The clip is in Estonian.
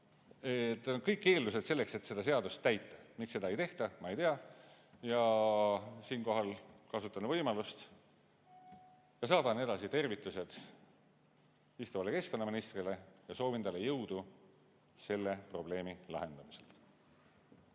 ... On kõik eeldused selleks, et seda seadust täita. Miks seda ei tehta, ma ei tea. Siinkohal kasutan võimalust ja saadan edasi tervitused istuvale keskkonnaministrile ja soovin talle jõudu selle probleemi lahendamisel.